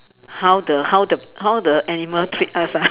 how the how the how the animal treat us ah